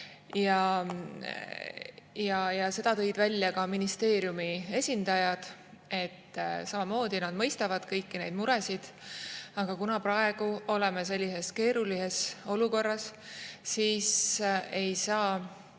Selle tõid välja ka ministeeriumi esindajad, et samamoodi mõistavad nad kõiki neid muresid, aga kuna praegu me oleme sellises keerulises olukorras, ei saa